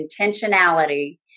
intentionality